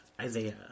Isaiah